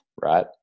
right